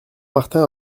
martin